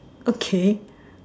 okay